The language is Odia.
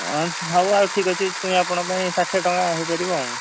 ହଉ ଆଉ ଠିକ୍ ଅଛି ଛୁଇଁ ଆପଣଙ୍କ ପାଇଁ ଷାଠିଏ ଟଙ୍କା ହୋଇପାରିବ ଆଉ